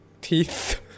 Teeth